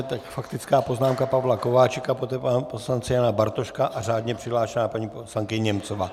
Teď faktická poznámka Pavla Kováčika, poté pana poslance Jana Bartoška a řádně přihlášená paní poslankyně Němcová.